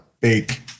Bake